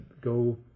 go